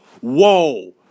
Whoa